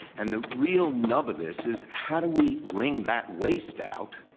and the real nub of this is how do we wring that waste out,